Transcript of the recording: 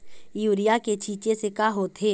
Urea के छींचे से का होथे?